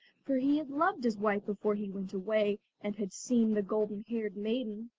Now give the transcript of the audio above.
for he had loved his wife before he went away and had seen the golden-haired maiden.